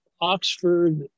Oxford